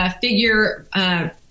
Figure